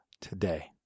today